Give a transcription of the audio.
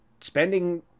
spending